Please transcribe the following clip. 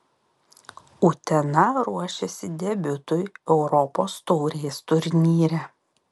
utena ruošiasi debiutui europos taurės turnyre